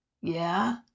Yeah